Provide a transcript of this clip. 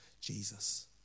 Jesus